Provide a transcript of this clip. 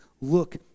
Look